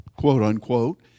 quote-unquote